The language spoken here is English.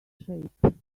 shape